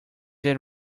that